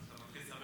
מתחיל לשחק